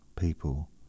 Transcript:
people